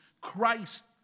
Christ